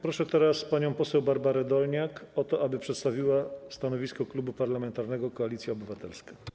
Proszę teraz panią poseł Barbarę Dolniak o to, aby przedstawiła stanowisko Klubu Parlamentarnego Koalicja Obywatelska.